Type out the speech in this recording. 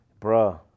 Bruh